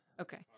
Okay